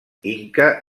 inca